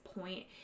point